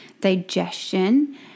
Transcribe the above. digestion